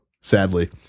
sadly